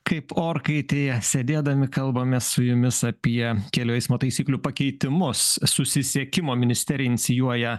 kaip orkaitėje sėdėdami kalbame su jumis apie kelių eismo taisyklių pakeitimus susisiekimo ministerija inicijuoja